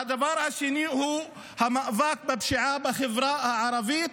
והדבר השני הוא המאבק בפשיעה בחברה הערבית.